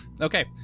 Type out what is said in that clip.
Okay